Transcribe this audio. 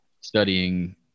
studying